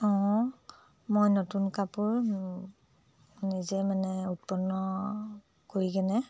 অঁ মই নতুন কাপোৰ নিজে মানে উৎপন্ন কৰি কেনে